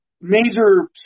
major